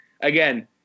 again